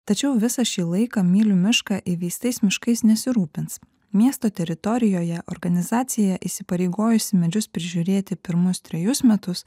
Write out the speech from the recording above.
tačiau visą šį laiką mylių mišką įveistais miškais nesirūpins miesto teritorijoje organizacija įsipareigojusi medžius prižiūrėti pirmus trejus metus